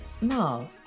No